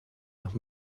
nach